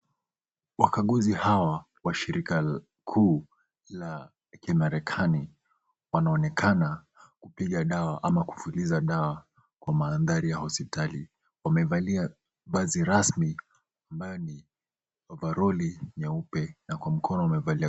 Wakakuguzi hawa wa shirika ku la Kimarekani wanaonekana kupiga dawa ama kufuliza dawa kwa mandhari ya hospitali, wamevalia vazi rasmi ambayo ni overoli nyeupe na kwa mkono wamevalia glavu.